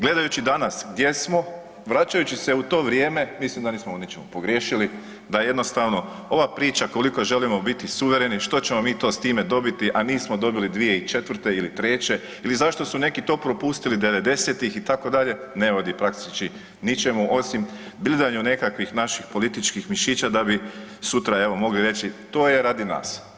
Gledajući danas gdje smo, vraćajući se u to vrijeme mislim da nismo u ničemu pogriješili da jednostavno ova priča koliko želimo biti suvereni, što ćemo mi to s time dobiti, a nismo dobili 2004. ili '03. ili zašto su to neki propustili devedesetih itd., ne vodi praktički ničemu osim bildanju nekakvih naših političkih mišića da bi sutra evo mogli reći to je radi nas.